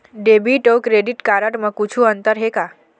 Debit अऊ credit card म कुछू अंतर हे का?